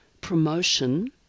promotion